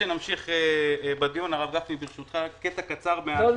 על כמה